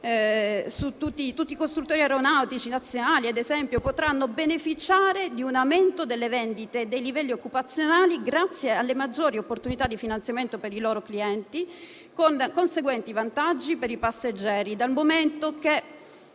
tutti i costruttori aeronautici nazionali, ad esempio, potranno beneficiare di un aumento delle vendite e dei livelli occupazionali grazie alle maggiori opportunità di finanziamento per i loro clienti con conseguenti vantaggi per i passeggeri,